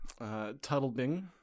Tuttlebing